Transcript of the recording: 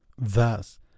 Thus